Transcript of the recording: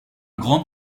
grand